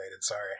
Sorry